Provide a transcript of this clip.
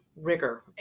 rigor